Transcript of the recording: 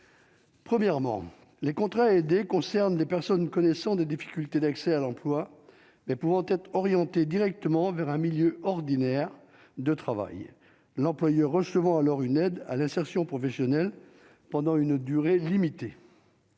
Premièrement, les contrats aidés concernent des personnes connaissant des difficultés d'accès à l'emploi mais pouvant être orientés directement vers un milieu ordinaire de travail l'employeur recevant alors une aide à l'insertion professionnelle pendant une durée limitée.